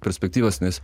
perspektyvas nes